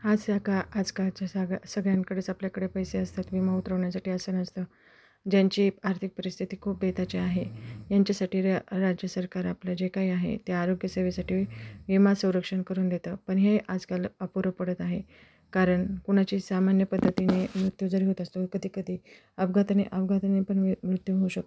आज सका आजकालच्या सग्या सगळ्यांकडेच आपल्याकडे पैसे असतात विमा उतरवण्यासाठी असं नसतं ज्यांची आर्थिक परिस्थिती खूप बेताची आहे यांच्यासाठी र राज्यसरकार आपलं जे काही आहे ते आरोग्य सेवेसाठी विमा संरक्षण करून देतं पण हे आजकाल अपुरं पडत आहे कारण कुणाची सामान्य पद्धतीने मृत्यू जरी होत असतो कधी कधी अपघाताने अपघाताने पण मृत्यू होऊ शकतो